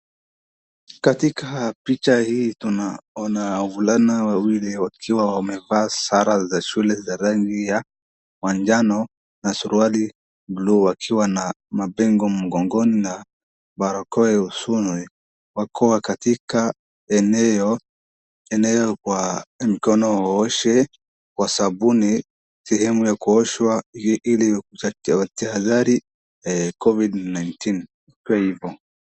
Katika picha hii, tunaona wavulana wawili wakiwa wamevaa sare za shule za rangi ya manjano na suruali za buluu, wakiwa na mapengo mgongoni na barakoa usoni. Wako katika eneo maalum, ambapo kwa mikono huoshwa kwa sabuni, siyo yembe kuoshwa, ili kuepuka hatari dhidi ya COVID-19. Tuendepo.